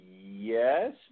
yes